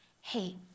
hey